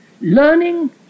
Learning